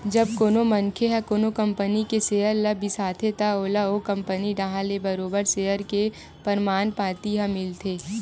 जब कोनो मनखे ह कोनो कंपनी के सेयर ल बिसाथे त ओला ओ कंपनी डाहर ले बरोबर सेयर के परमान पाती ह मिलथे